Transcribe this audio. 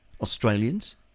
Australians